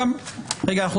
כל